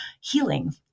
healing